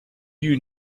you